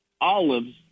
olives